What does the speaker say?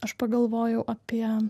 aš pagalvojau apie